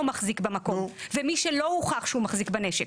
מחזיק במקום ומי שלא הוכח שהוא מחזיק בנשק.